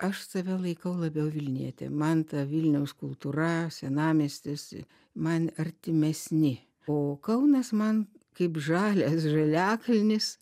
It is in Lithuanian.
aš save laikau labiau vilniete man ta vilniaus kultūra senamiestis man artimesni o kaunas man kaip žalias žaliakalnis